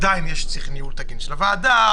עדיין צריך ניהול תיקון של הוועדה,